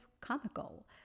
comical